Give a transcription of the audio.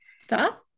Stop